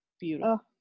beautiful